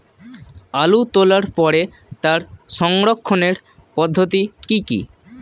আলু তোলার পরে তার সংরক্ষণের পদ্ধতি কি কি?